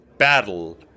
Battle